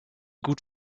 gut